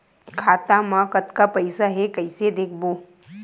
खाता मा कतका पईसा हे कइसे देखबो?